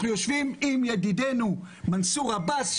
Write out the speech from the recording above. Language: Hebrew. אנחנו יושבים עם ידידנו מנסור עבאס,